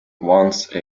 once